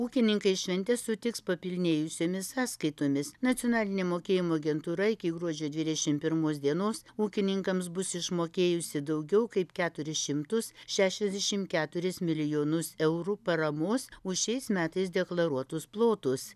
ūkininkai šventes sutiks papilnėjusiomis sąskaitomis nacionalinė mokėjimo agentūra iki gruodžio dvidešim pirmos dienos ūkininkams bus išmokėjusi daugiau kaip keturis šimtus šešiasdešim keturis milijonus eurų paramos už šiais metais deklaruotus plotus